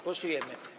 Głosujemy.